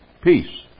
peace